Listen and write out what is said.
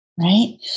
right